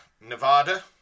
Nevada